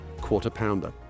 quarter-pounder